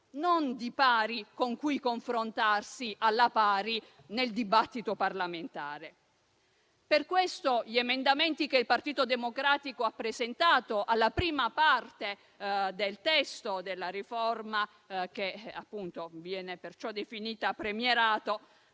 non di pari con cui confrontarsi - alla pari, appunto - nel dibattito parlamentare. Per questo gli emendamenti che il Partito Democratico ha presentato alla prima parte del testo della riforma, che viene perciò definita del premierato,